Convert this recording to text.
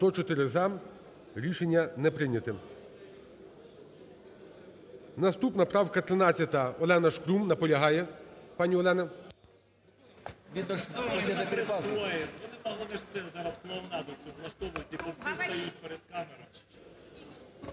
За-104 Рішення не прийняте. Наступна правка 13. Олена Шкрум наполягає.